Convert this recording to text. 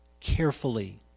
carefully